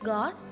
God